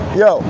yo